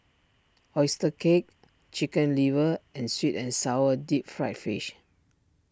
Oyster Cake Chicken Liver and Sweet and Sour Deep Fried Fish